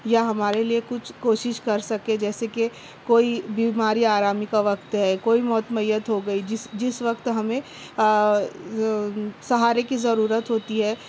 یا ہمارے لیے کچھ کوشش کر سکے جیسے کہ کوئی بیماری آرامی کا وقت ہے کوئی موت میت ہوگئی جس جس وقت ہمیں سہارے کی ضرورت ہوتی ہے